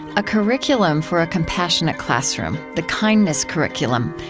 a curriculum for a compassionate classroom, the kindness curriculum,